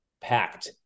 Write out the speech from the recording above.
packed